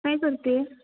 काय करते